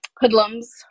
hoodlums